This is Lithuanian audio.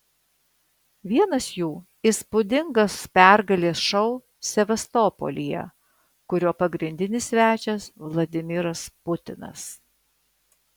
vienas jų įspūdingas pergalės šou sevastopolyje kurio pagrindinis svečias vladimiras putinas